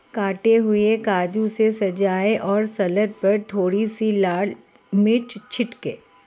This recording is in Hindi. कटे हुए काजू से सजाएं और सलाद पर थोड़ी सी लाल मिर्च छिड़कें